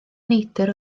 neidr